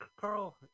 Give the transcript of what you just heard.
Carl